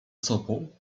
sobą